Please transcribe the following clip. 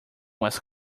was